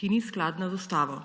ki ni skladna z Ustavo.